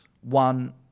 one